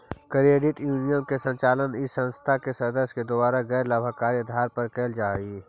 credit union के संचालन इस संस्था के सदस्य के द्वारा गैर लाभकारी आधार पर कैल जा हइ